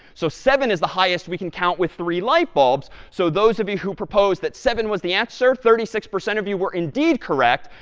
so seven is the highest we can count with three light bulbs. so those of you who propose that seven was the answer, thirty six percent of you were indeed correct.